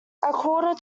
quarter